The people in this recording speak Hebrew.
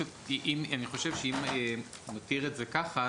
אני חושב שאם נותיר את זה כך,